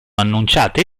annunciate